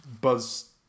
buzz